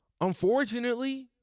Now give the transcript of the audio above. unfortunately